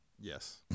Yes